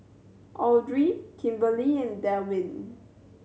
Audry Kimberli and Delwin